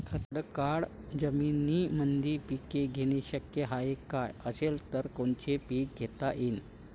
खडकाळ जमीनीमंदी पिके घेणे शक्य हाये का? असेल तर कोनचे पीक घेता येईन?